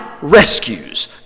rescues